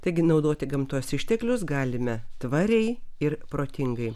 taigi naudoti gamtos išteklius galime tvariai ir protingai